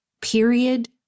period